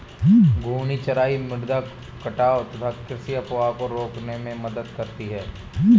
घूर्णी चराई मृदा कटाव तथा कृषि अपवाह को रोकने में मदद करती है